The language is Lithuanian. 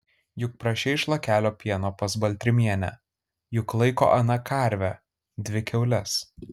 juk prašei šlakelio pieno pas baltrimienę juk laiko ana karvę dvi kiaules